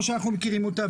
כמו שאנחנו מכירים אותה,